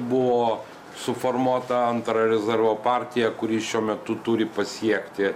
buvo suformuota antra rezervo partija kuri šiuo metu turi pasiekti